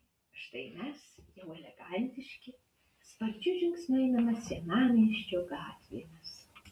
štai mes jau elegantiški sparčiu žingsniu einame senamiesčio gatvėmis